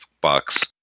box